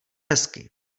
hezky